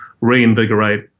reinvigorate